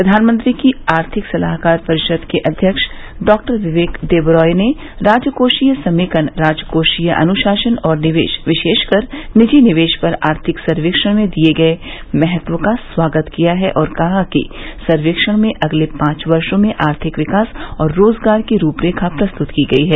प्रधानमंत्री की आर्थिक सलाहकार परिषद के अध्यक्ष डॉक्टर बिबेक देबरॉय ने राजकोषीय समेकन राजकोषीय अनुशासन और निवेश विशेषकर निजी निवेश पर आर्थिक सर्वेक्षण में दिए गए महत्व का स्वागत किया है और कहा कि सर्वेक्षण में अगले पांच वर्षों में आर्थिक विकास और रोजगार की रूपरेखा प्रस्तुत की गई है